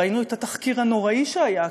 ראינו את התחקיר הנורא שהיה כאן,